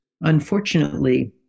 Unfortunately